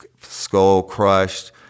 skull-crushed